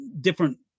different